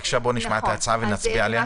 בבקשה, נשמע את ההצעה ונצביע עליה.